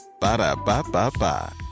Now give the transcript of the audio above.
Ba-da-ba-ba-ba